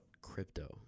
crypto